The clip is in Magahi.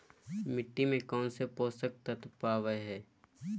मिट्टी में कौन से पोषक तत्व पावय हैय?